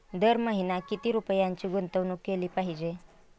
दर महिना किती रुपयांची गुंतवणूक केली पाहिजे?